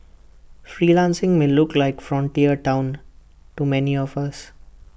freelancing may look like frontier Town to many of us